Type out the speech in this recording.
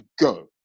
go